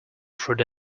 through